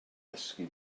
ddysgu